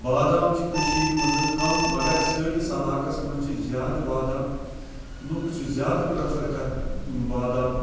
بادام چھِ کٔشیٖر مَنٛز کَم مگر سٲنِس عَلاقَس مَنٛز چھِ زیادٕ بادام لُکھ چھِ زیادٕ پریٚفر کران یِم بادام